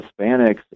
Hispanics